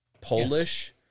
Polish